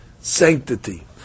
sanctity